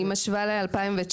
אני משווה ל-2019,